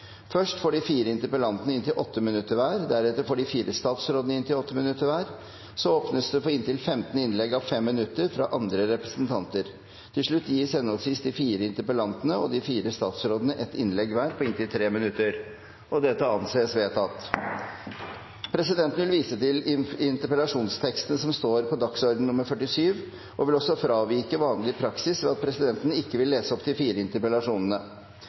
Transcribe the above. Først får de fire interpellantene inntil 8 minutter hver, deretter får de fire statsrådene inntil 8 minutter hver, og så åpnes det for inntil 15 innlegg à 5 minutter fra andre representanter. Til slutt gis henholdsvis de fire interpellantene og de fire statsrådene ett innlegg hver på inntil 3 minutter. – Det anses vedtatt. Første interpellant er representanten Geir Jørgen Bekkevold. Som barnas representant i Kristelig Folkeparti her på